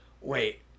Wait